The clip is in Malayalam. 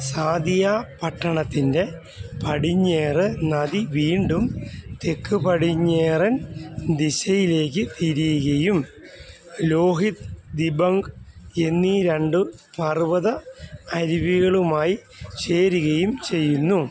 സാദിയ പട്ടണത്തിൻ്റെ പടിഞ്ഞാറ് നദി വീണ്ടും തെക്ക് പടിഞ്ഞാറൻ ദിശയിലേക്ക് തിരിയുകയും ലോഹിത് ദിബംഗ് എന്നീ രണ്ട് പർവ്വത അരുവികളുമായി ചേരുകയും ചെയ്യുന്നു